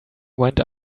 went